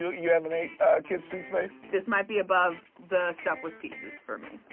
you haven't ate kids toothpaste? this might be above the stuffed with pieces for me.